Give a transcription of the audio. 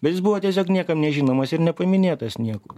bet jis buvo tiesiog niekam nežinomas ir nepaminėtas niekur